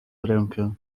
rękę